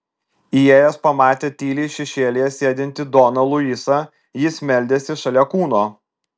įėjęs pamatė tyliai šešėlyje sėdintį doną luisą jis meldėsi šalia kūno